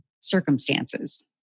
circumstances